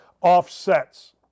offsets